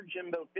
Jimbo